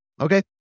okay